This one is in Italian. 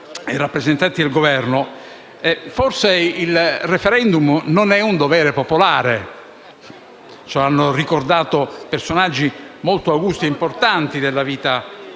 e rappresentanti del Governo, forse il *referendum* non è un dovere popolare e ce lo hanno ricordato personaggi molto augusti e importanti della vita politica